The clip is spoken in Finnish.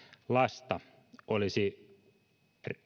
lasta olisi